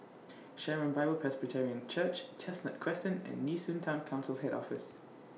Sharon Bible Presbyterian Church Chestnut Crescent and Nee Soon Town Council Head Office